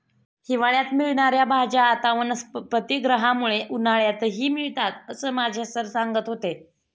हिवाळ्यात मिळणार्या भाज्या आता वनस्पतिगृहामुळे उन्हाळ्यातही मिळतात असं माझे सर सांगत होते